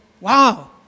wow